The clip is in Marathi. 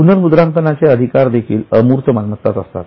पुनरमुद्रांकनाचे अधिकार देखील अमूर्त मालमत्ता असतात